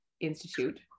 institute